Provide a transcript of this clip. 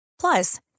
Plus